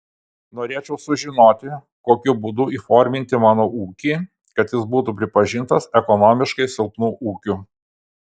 norėčiau sužinoti kokiu būdu įforminti mano ūkį kad jis būtų pripažintas ekonomiškai silpnu ūkiu